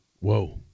Whoa